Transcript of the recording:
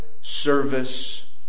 service